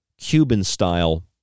Cuban-style